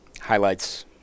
highlights